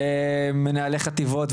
ומנהלי חטיבות,